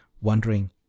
wondering